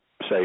say